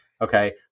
Okay